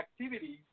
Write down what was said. activities